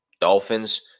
Dolphins